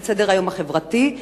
את סדר-היום החברתי,